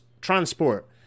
transport